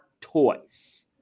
toys